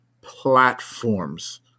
platforms